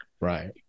right